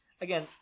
again